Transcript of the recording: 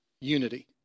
unity